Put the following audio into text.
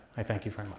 i thank you very